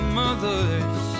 mothers